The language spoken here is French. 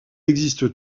existe